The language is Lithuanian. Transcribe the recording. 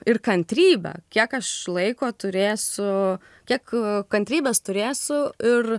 ir kantrybe kiek aš laiko turėsiu kiek kantrybės turėsiu ir